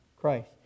Christ